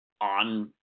on